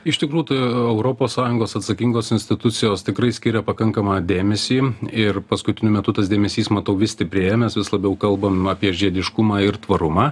iš tikrų tai europos sąjungos atsakingos institucijos tikrai skiria pakankamą dėmesį ir paskutiniu metu tas dėmesys matau vis stiprėja mes vis labiau kalbam apie žiediškumą ir tvarumą